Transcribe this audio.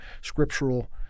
scriptural